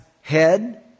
head